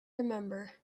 remember